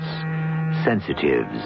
sensitives